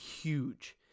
huge